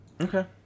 Okay